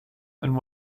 and